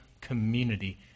community